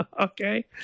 Okay